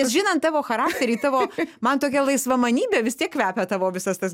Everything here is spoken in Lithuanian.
žinant tavo charakterį tavo man tokia laisvamanybe vis tiek kvepia tavo visas tas